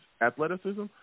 athleticism